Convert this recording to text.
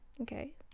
Okay